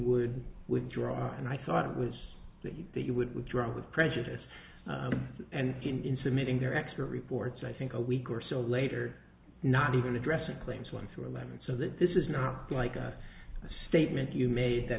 would withdraw and i thought it was that you that you would withdraw with prejudice and convince emitting their expert reports i think a week or so later not even addressing claims went through my mind so that this is not like a statement you made that